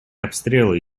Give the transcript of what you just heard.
обстрелы